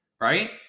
right